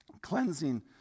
cleansing